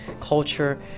culture